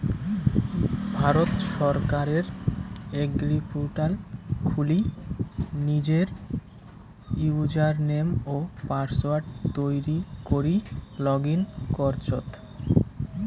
ভারত সরকারের এগ্রিপোর্টাল খুলি নিজের ইউজারনেম ও পাসওয়ার্ড তৈরী করি লগ ইন করচত